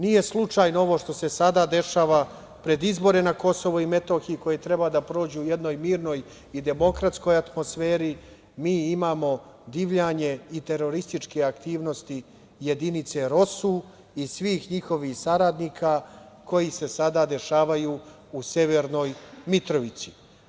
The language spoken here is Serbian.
Nije slučajno ovo što se sada dešava pred izbore na Kosovu i Metohiji, koji treba da prođu u jednoj mirnoj i demokratskog atmosferi, mi imamo divljanje i terorističke aktivnosti jedinice ROSU i svih njihovih saradnika koji se sada dešavaju u Severnoj Mitrovici.